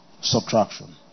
Subtraction